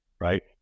right